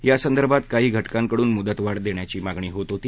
या संदर्भात काही घटकांकडून मुदतवाढ देण्याची मागणी होत होती